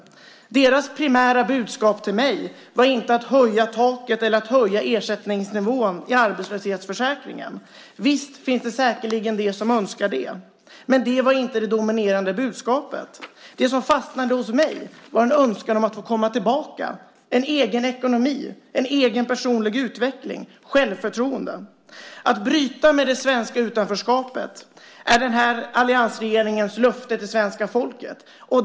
Deras primära budskap till mig var inte att höja taket eller att höja ersättningsnivån i arbetslöshetsförsäkringen. Visst finns det säkerligen de som önskar det. Men det var inte det dominerande budskapet. Det som fastnade hos mig var en önskan om att få komma tillbaka, en egen ekonomi, en egen personlig utveckling och självförtroende. Att bryta det svenska utanförskapet är alliansregeringens löfte till svenska folket.